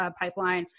pipeline